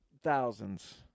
Thousands